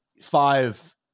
five